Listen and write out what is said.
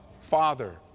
Father